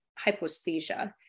hyposthesia